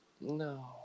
No